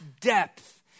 depth